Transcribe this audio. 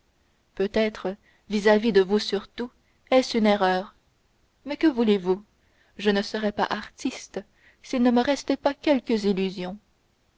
peut-être vis-à-vis de vous surtout est-ce une erreur mais que voulez-vous je ne serais pas artiste s'il ne me restait pas quelques illusions